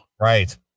Right